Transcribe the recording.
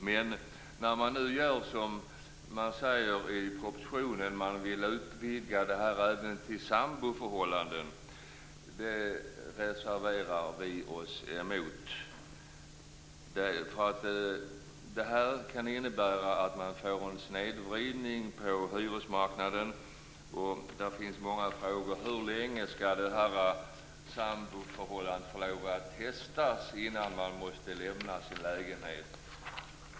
Men i propositionen sägs att man vill utvidga detta till att gälla även samboförhållanden. Det reserverar vi oss emot. Det kan innebära att det blir en snedvridning av hyresmarknaden. Frågorna är många: Hur länge skall samboförhållandet få testas innan man måste lämna sin lägenhet?